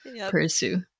pursue